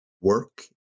work